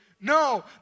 No